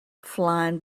flying